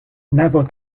naval